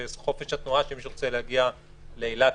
וחופש התנועה כשמישהו רוצה להגיע לאילת,